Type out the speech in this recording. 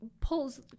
pulls